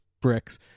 bricks